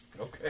Okay